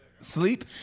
Sleep